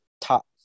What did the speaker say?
top